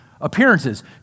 appearances